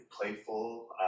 playful